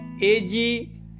Ag